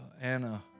Anna